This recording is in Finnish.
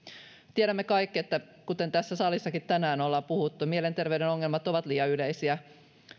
tiedämme kaikki kuten tässä salissakin tänään ollaan puhuttu että mielenterveyden ongelmat ovat liian yleisiä